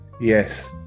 Yes